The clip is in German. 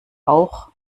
auch